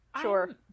Sure